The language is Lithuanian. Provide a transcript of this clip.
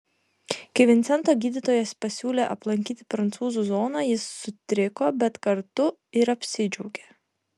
kai vincento gydytojas pasiūlė aplankyti prancūzų zoną jis sutriko bet kartu ir apsidžiaugė